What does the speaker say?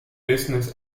business